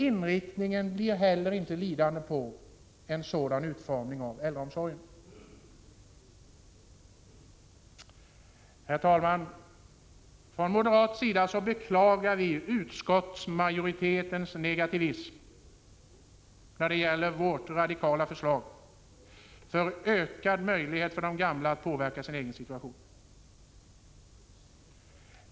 Inriktningen blir heller inte lidande på en sådan utformning av äldreomsorgen. Herr talman! Från moderat sida beklagar vi utskottsmajoritetens negativism när det gäller vårt radikala förslag om ökade möjligheter för de gamla att påverka sin egen situation.